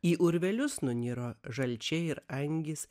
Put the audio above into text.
į urvelius nuniro žalčiai ir angys